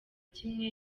kimwe